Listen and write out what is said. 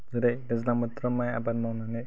जेरै दैज्लां बोथोराव माइ आबाद मावनानै